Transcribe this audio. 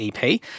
EP